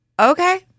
okay